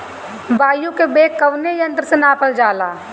वायु क वेग कवने यंत्र से नापल जाला?